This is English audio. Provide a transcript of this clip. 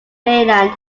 mainland